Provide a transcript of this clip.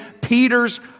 Peter's